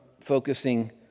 focusing